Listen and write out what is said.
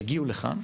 יגיעו לכאן,